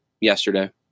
yesterday